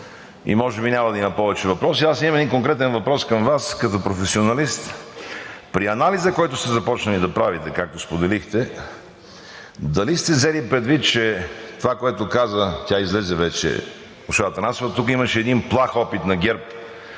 и може би няма да има повече въпроси. Аз имам един конкретен въпрос към Вас като професионалист. При анализа, който сте започнали да правите, както споделихте, дали сте взели предвид че това, което каза – тя излезе вече госпожа Атанасова, тук имаше един плах опит на ГЕРБ,